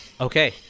Okay